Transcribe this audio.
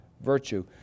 virtue